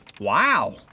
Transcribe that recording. Wow